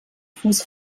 fuß